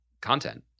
content